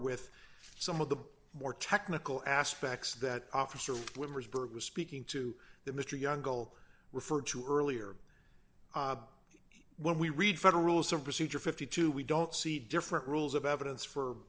with some of the more technical aspects that officer limbers berg was speaking to the mr young goal referred to earlier when we read federal rules of procedure fifty two we don't see different rules of evidence for